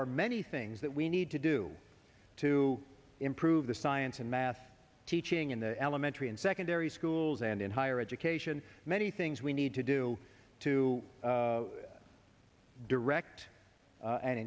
are many things that we need to do to improve the science and math teaching in the elementary and secondary schools and in higher education many things we need to do to direct